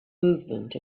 movement